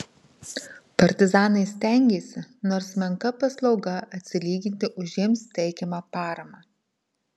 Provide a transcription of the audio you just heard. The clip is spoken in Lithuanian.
partizanai stengėsi nors menka paslauga atsilyginti už jiems teikiamą paramą